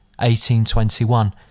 1821